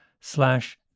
slash